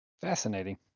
Fascinating